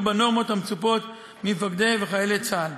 בנורמות המצופות ממפקדי וחיילי צה"ל.